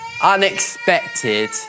unexpected